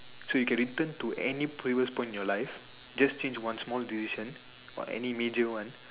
so you can return to any previous point in your life just change one small decision or any major one